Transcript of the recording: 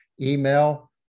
email